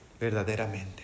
verdaderamente